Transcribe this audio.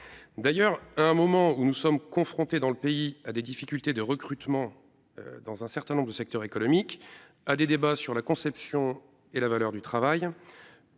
D'ailleurs, à un moment où notre pays est confronté à des difficultés de recrutement dans un certain nombre de secteurs et où il y a des débats sur la conception et la valeur du travail,